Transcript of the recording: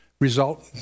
result